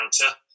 counter